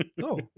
go